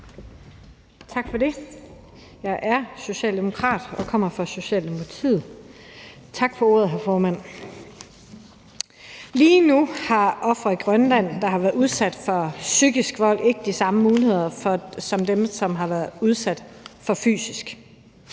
Tak for det. Jeg er socialdemokrat og kommer fra Socialdemokratiet. Tak for ordet, hr. formand. Lige nu har ofre i Grønland, der har været udsat for psykisk vold, ikke de samme muligheder som dem, som har været udsat for fysisk